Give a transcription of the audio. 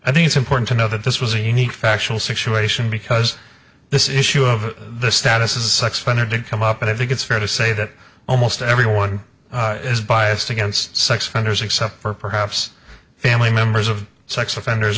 i think it's important to know that this was a unique factual situation because this issue of this status is expected to come up and i think it's fair to say that almost everyone is biased against sex offenders except for perhaps family members of sex offenders